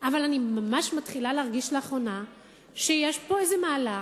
אבל אני ממש מתחילה להרגיש לאחרונה שיש פה מהלך,